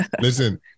Listen